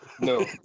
No